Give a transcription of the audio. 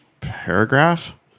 paragraph